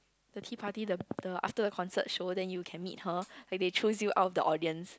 the tea party the the after the concert show then you can meet her like they chose you out of the audience